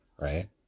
right